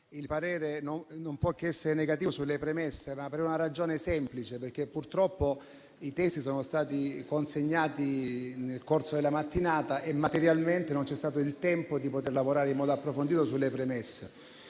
il parere non può che essere contrario sulle premesse, per una ragione semplice, perché purtroppo i testi sono stati consegnati nel corso della mattinata e materialmente non c'è stato il tempo di lavorare in modo approfondito sulle premesse.